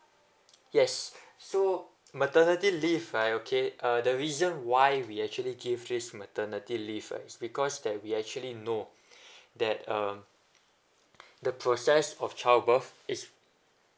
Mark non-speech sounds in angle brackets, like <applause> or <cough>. yes so maternity leave right okay uh the reason why we actually give this maternity leave right is because that we actually know <breath> that uh the process of child birth is